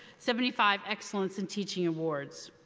seventy five excellence in teaching awards.